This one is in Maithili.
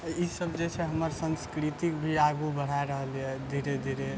आओर ई सभ जे छै हमर संस्कृतिके भी आगू बढ़ा रहल यऽ धीरे धीरे